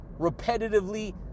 repetitively